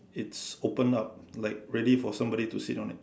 it's open up like ready for somebody to sit down there